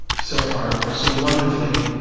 so far, so wonderfully,